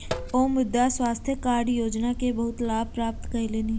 ओ मृदा स्वास्थ्य कार्ड योजना के बहुत लाभ प्राप्त कयलह्नि